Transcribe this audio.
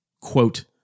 Quote